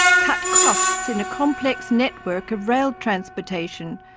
cut costs in a complex network of rail transportation,